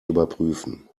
überprüfen